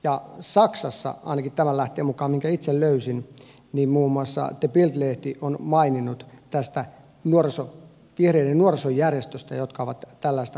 ja saksassa ainakin tämän lähteen mukaan minkä itse löysin muun muassa der bild lehti on maininnut tästä vihreiden nuorisojärjestöstä joka on tällaista asiaa ajanut